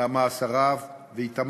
נעמה אסרף ואיתמר,